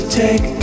take